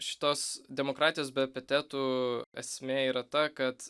šitos demokratijos be epitetų esmė yra ta kad